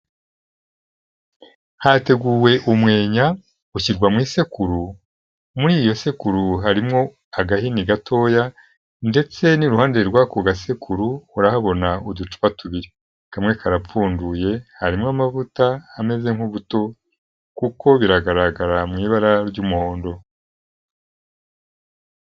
Hateguwe umwenya ushyirwa mu isekuru, muri iyo sekuru harimowo agahini gatoya ndetse n'iruhande rw'ako gasekuru urahabona uducupa tubiri, kamwe karapfunduye harimo amavuta ameze nk'ubuto kuko biragaragara mu ibara ry'umuhondo.